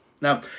Now